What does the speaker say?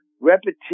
repetition